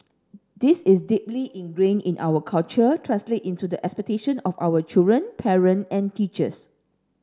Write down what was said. this is deeply ingrained in our culture translated into the expectation of our children parent and teachers